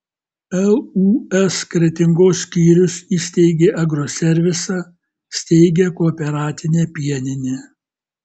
lūs kretingos skyrius įsteigė agroservisą steigia kooperatinę pieninę